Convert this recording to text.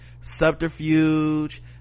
subterfuge